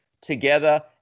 together